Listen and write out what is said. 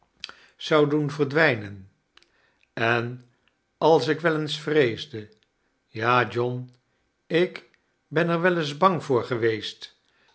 zou doen verdwijnen en als ik wel eens vreesde ja john ik hen er wel eens bang voor geweest